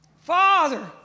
Father